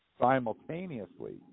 simultaneously